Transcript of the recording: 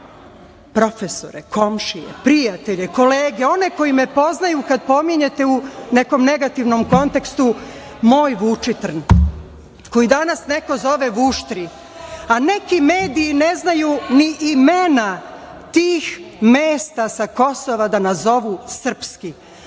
profesore, komšije, prijatelje, kolege, one koji me poznaju kad pominjete u nekom negativnom kontekstu moj Vučitrn, koji danas neko zove Vuštri, a neki mediji ne znaju ni imena tih mesta sa Kosova da nazovu srpski,